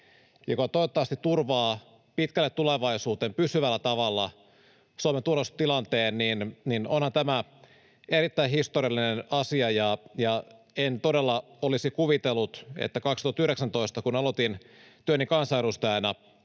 joka toivottavasti turvaa pitkälle tulevaisuuteen pysyvällä tavalla Suomen turvallisuustilanteen, niin onhan tämä erittäin historiallinen asia. En todella olisi kuvitellut, kun 2019 aloitin työni kansanedustajana,